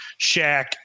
Shaq